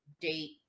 date